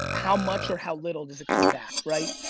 how much or how little does it come back, right?